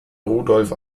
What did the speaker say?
rudolf